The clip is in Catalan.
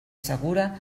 segura